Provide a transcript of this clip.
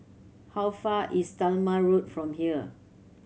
how far is Talma Road from here